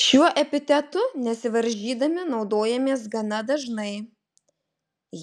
šiuo epitetu nesivaržydami naudojamės gana dažnai